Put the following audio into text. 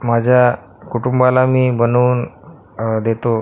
माझ्या कुटुंबाला मी बनवून देतो